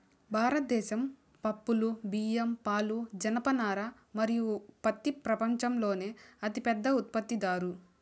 భారతదేశం పప్పులు, బియ్యం, పాలు, జనపనార మరియు పత్తి ప్రపంచంలోనే అతిపెద్ద ఉత్పత్తిదారు